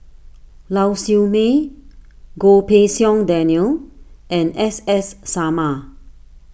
Lau Siew Mei Goh Pei Siong Daniel and S S Sarma